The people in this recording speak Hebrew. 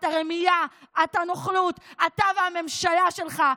אתה רמייה, אתה נוכלות, אתה והממשלה שלך.